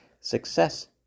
success